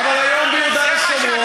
זה מה שאתם.